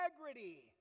integrity